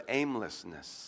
aimlessness